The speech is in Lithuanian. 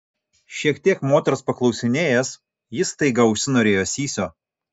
šiek tiek moters paklausinėjęs jis staiga užsinorėjo sysio